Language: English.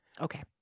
Okay